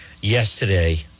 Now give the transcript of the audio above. yesterday